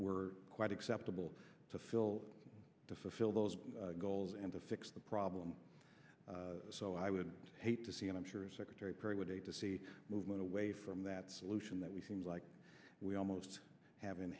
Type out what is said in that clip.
were quite acceptable to fill to fulfill those goals and to fix the problem so i would hate to see and i'm sure secretary perry would hate to see movement away from that solution that we seems like we almost have in